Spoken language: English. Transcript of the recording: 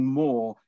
more